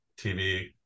TV